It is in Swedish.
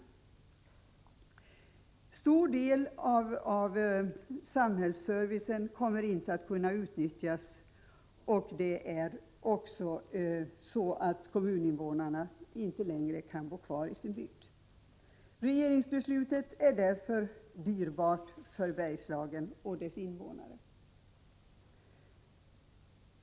En stor del av samhällsservicen kommer inte att kunna utnyttjas, och det blir så att kommuninvånarna inte längre kan bo kvar i sin bygd. Regeringsbeslutet är därför dyrbart för Bergslagen och dess invånare.